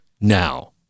now